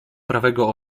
prawego